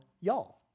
y'all